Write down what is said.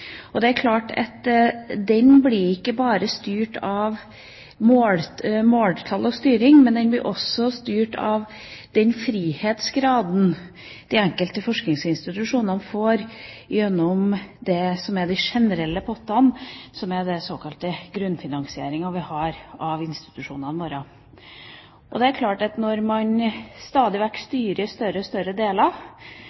og forskerens frihet er en veldig viktig drivkraft i samfunnet. Den blir ikke bare styrt av måltall og målstyring, men også av den frihetsgraden de enkelte forskningsinstitusjonene får gjennom det som er de generelle pottene – den såkalte grunnfinansieringen av institusjonene våre. Når man stadig vekk